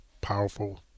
powerful